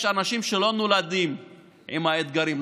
יש אנשים שלא נולדים עם האתגרים,